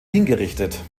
hingerichtet